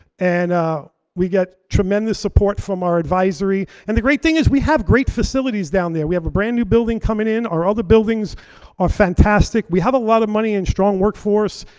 and ah we get tremendous support from our advisory. and the great thing is we have great facilities down there. we have a brand new building coming in, our other buildings are fantastic. we have a lot of money and strong workforce.